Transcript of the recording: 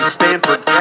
Stanford